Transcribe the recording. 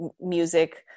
music